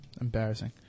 embarrassing